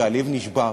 והלב נשבר,